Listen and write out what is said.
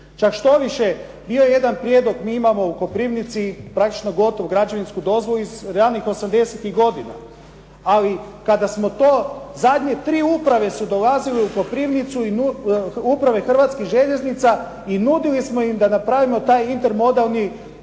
Čak što više bio je jedan prijedlog. Mi imamo u Koprivnici praktično gotovu građevinsku dozvolu iz ranih '80. tih godina, ali kada smo to, zadnje tri uprave Hrvatskih željeznica su dolazile u Koprivnicu i nudili smo im da napravimo taj intermodalni